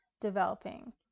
developing